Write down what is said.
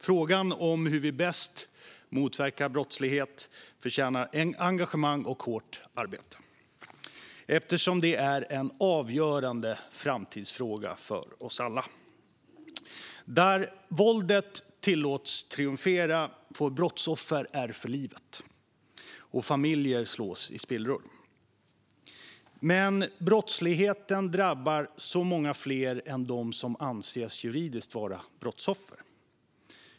Frågan hur vi bäst motverkar brottslighet förtjänar engagemang och hårt arbete eftersom det är en avgörande framtidsfråga för oss alla. Där våldet tillåts triumfera får brottsoffer ärr för livet och familjer slås i spillror. Men brottsligheten drabbar så många fler än bara dem som juridiskt anses vara brottsoffer.